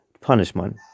punishment